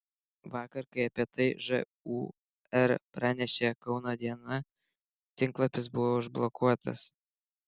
vakar kai apie tai žūr pranešė kauno diena tinklapis buvo užblokuotas